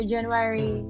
January